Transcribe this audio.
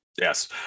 Yes